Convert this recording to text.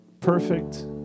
perfect